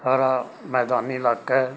ਹਰਾ ਮੈਦਾਨੀ ਇਲਾਕਾ ਹੈ